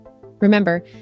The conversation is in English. Remember